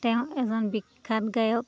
তেওঁ এজন বিখ্যাত গায়ক